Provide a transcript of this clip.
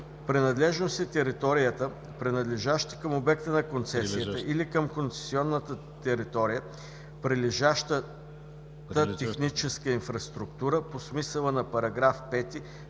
Принадлежност е територията, прилежаща към обекта на концесията или към концесионната територия, прилежащата техническа инфраструктура по смисъла на § 5,